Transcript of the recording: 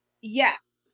yes